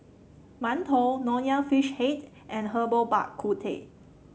Mantou Nonya Fish Head and Herbal Bak Ku Teh